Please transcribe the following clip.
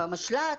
במשל"ט.